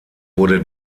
wurde